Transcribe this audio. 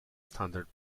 standard